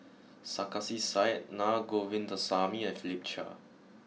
Sarkasi Said Naa Govindasamy and Philip Chia